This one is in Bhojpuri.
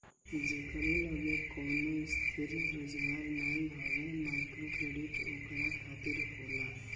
जेकरी लगे कवनो स्थिर रोजगार नाइ हवे माइक्रोक्रेडिट ओकरा खातिर होला